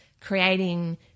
creating